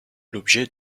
l’objet